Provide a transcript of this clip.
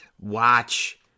watch